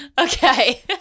Okay